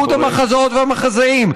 איגוד המחזאיות והמחזאים,